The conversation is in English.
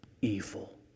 evil